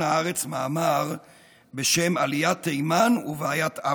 הארץ מאמר בשם "עליית תימן ובעיית אפריקה".